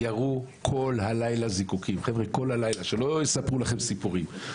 כל הלילה ירו זיקוקים, שלא יספרו לכם סיפורים.